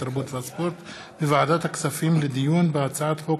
התרבות והספורט וועדת הכספים לדיון בהצעת חוק